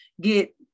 get